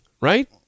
right